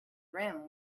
rim